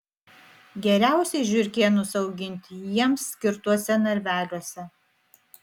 geriausiai žiurkėnus auginti jiems skirtuose narveliuose